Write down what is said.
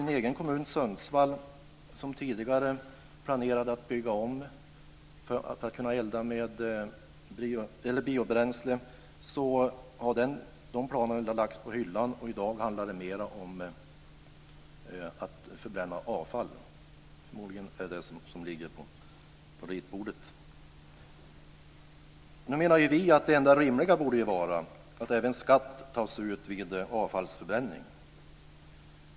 Min hemkommun Sundsvall, som tidigare planerade att bygga om för kunna elda med biobränsle, har lagt de planerna på hyllan. De planer som i dag ligger på bordet gäller förmodligen mer förbränning av avfall. Vi menar att det enda rimliga borde vara att skatt tas ut även vid avfallsförbränning.